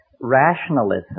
rationalism